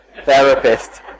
therapist